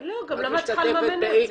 את משתתפת ב-X,